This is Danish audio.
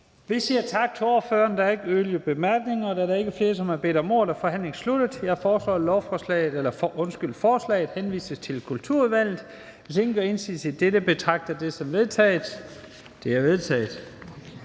Vi siger tak til ordføreren. Der er ikke yderligere bemærkninger. Da der ikke er flere, som har bedt om ordet, er forhandlingen sluttet. Jeg foreslår, at beslutningsforslaget henvises til Kulturudvalget. Hvis ingen gør indsigelse mod dette, betragter jeg det som vedtaget. Det er vedtaget.